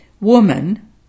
Woman